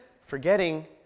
Forgetting